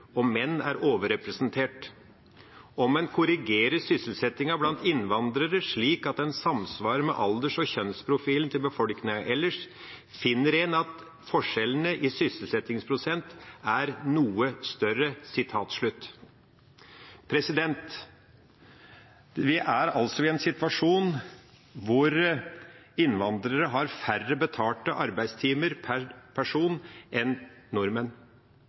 og menn er overrepresentert. Om ein korrigerar sysselsestjinga blant innvandrarar slik at den samsvarar med alders- og kjønnsprofilen til befolkninga elles, finn ein at skilnaden i sysselsetjingsprosent er noko større.» Vi er altså i en situasjon hvor innvandrere har færre betalte arbeidstimer per person enn nordmenn.